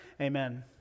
Amen